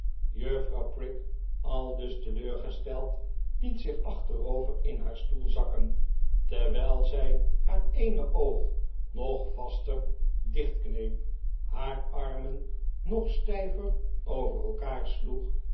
juffrouw prig aldus teleurgesteld liet zich achterover in haar stoel zakken terwijl zij haar eene opg nog vaster dichtkneep haar armen nog stijver over elkaar sloeg